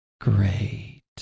Great